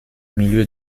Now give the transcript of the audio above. milieu